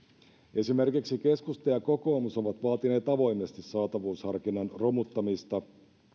esimerkiksi keskusta ja kokoomus ovat vaatineet avoimesti saatavuusharkinnan romuttamista